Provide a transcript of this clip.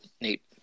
Nate